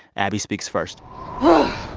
abbi speaks first oh,